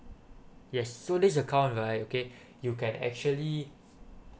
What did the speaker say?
yes so this account right okay you can actually